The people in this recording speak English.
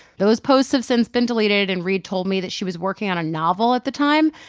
those posts have since been deleted. and reade told me that she was working on a novel at the time,